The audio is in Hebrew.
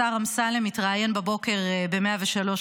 אמסלם מתראיין בבוקר ב-FM103,